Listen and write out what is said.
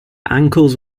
ankles